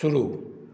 शुरू